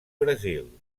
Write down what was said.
brasil